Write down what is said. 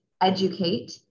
educate